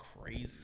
crazy